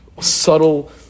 subtle